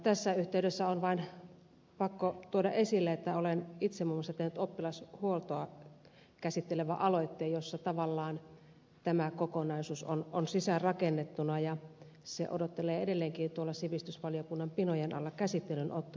tässä yhteydessä on vain pakko tuoda esille että olen itse muun muassa tehnyt oppilashuoltoa käsittelevän aloitteen jossa tavallaan tämä kokonaisuus on sisään rakennettuna ja se odottelee edelleenkin tuolla sivistysvaliokunnan pinojen alla käsittelyyn ottoa